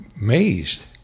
amazed